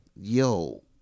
Yo